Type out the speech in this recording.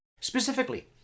Specifically